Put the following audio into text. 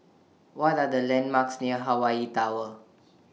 What Are The landmarks near Hawaii Tower